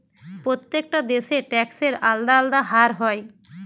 প্রত্যেকটা দেশে ট্যাক্সের আলদা আলদা হার হয়